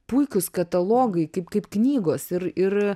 puikūs katalogai kaip kaip knygos ir ir